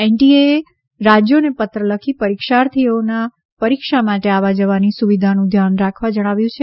NTA એ રાજયોને પત્ર લખી પરીક્ષાર્થીઓના પરીક્ષા માટે આવવા જવાની સુવિધાનું ધ્યાન રાખવા જણાવ્યું છે